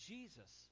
Jesus